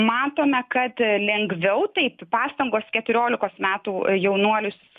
matome kad lengviau taip pastangos keturiolikos metų jaunuolis